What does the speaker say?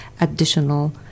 additional